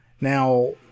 Now